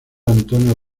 antonio